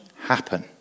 happen